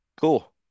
cool